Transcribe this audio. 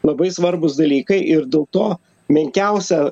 labai svarbūs dalykai ir dėl to menkiausia